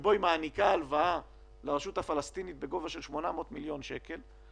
שבו היא מעניקה הלוואה לרשות הפלסטינית בגובה של 800 מיליון שקל.